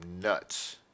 nuts